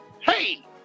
hey